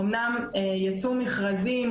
אומנם יצאו מכרזים,